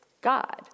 God